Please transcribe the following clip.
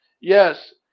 Yes